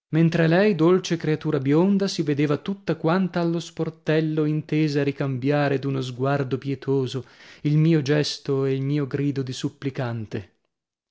mentre lei dolce creatura bionda si vedeva tutta quanta allo sportello intesa a ricambiare d'uno sguardo pietoso il mio gesto e il mio grido di supplicante